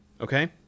Okay